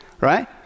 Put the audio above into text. right